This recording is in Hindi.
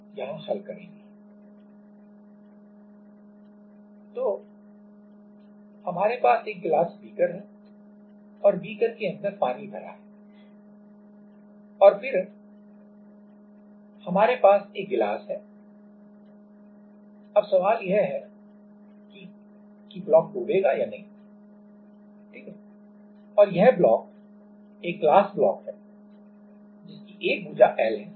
उत्प्लावकता शून्य ली भार तो हमारे पास एक ग्लास बीकर है और बीकर के अंदर पानी भरा है और फिर हमारे पास एक ग्लास ब्लॉक है अब सवाल यह है कि ब्लॉक डूबेगा या नहीं ठीक है और यह ब्लॉक एक ग्लास ब्लॉक है जिसकी एक भुजा L है